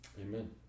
Amen